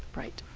right.